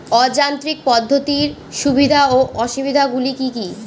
অযান্ত্রিক পদ্ধতির সুবিধা ও অসুবিধা গুলি কি কি?